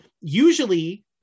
usually